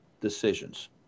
decisions